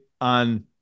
on